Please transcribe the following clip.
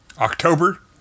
October